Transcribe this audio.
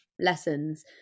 lessons